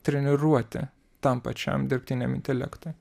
treniruoti tam pačiam dirbtiniam intelektui